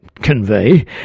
convey